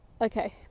Okay